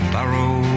Barrow